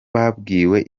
babwiwe